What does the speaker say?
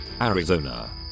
Arizona